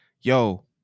yo